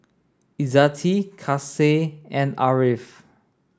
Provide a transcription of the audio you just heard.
Izzati Kasih and Ariff